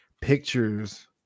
pictures